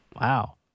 wow